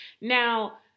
now